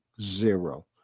zero